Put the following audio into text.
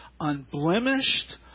unblemished